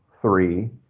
three